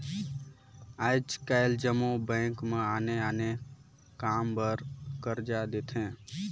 आएज काएल जम्मो बेंक मन आने आने काम बर करजा देथे